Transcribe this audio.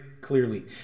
clearly